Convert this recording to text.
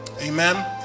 Amen